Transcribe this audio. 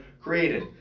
created